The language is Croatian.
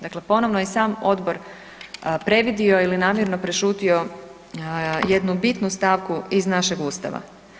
Dakle ponovno i sam Odbor previdio ili namjerno prešutio jednu bitnu stavku iz našeg Ustava.